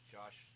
Josh